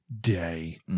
day